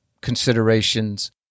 considerations